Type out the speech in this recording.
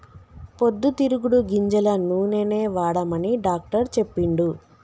పొద్దు తిరుగుడు గింజల నూనెనే వాడమని డాక్టర్ చెప్పిండు